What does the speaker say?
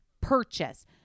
purchase